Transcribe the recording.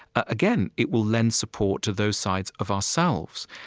again, it will lend support to those sides of ourselves.